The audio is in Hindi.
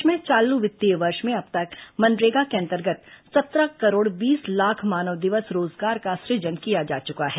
प्रदेश में चालू वित्तीय वर्ष में अब तक मनरेगा के अंतर्गत सत्रह करोड़ बीस लाख मानव दिवस रोजगार का सृजन किया जा चुका है